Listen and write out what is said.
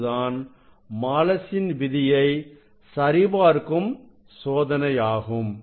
இதுதான் மாலசின் விதியை சரிபார்க்கும் சோதனையாகும்